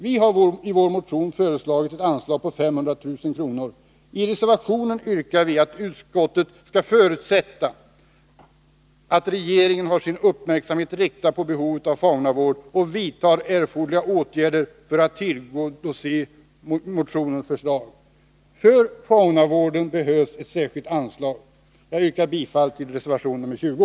Vi har i vår motion föreslagit ett anslag på 500 000 kr. I reservationen yrkar vi att utskottet skall förutsätta att regeringen har sin uppmärksamhet riktad på behovet av faunavård och vidtar erforderliga åtgärder för att tillgodose motionens förslag. För faunavården behövs ett särskilt anslag. Jag yrkar bifall till reservation nr 20.